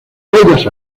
bellas